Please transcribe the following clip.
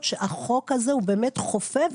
שהחוק הזה --- בנושא אנשים עם מוגבלויות,